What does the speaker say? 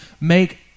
make